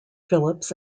phillips